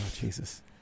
Jesus